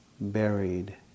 buried